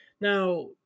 Now